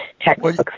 textbooks